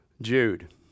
Jude